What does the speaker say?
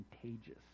contagious